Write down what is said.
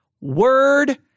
word